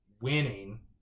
winning